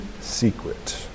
secret